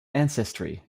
ancestry